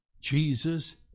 Jesus